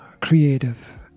creative